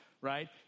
right